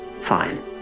fine